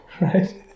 Right